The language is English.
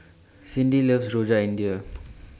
Cindi loves Rojak India